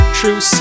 true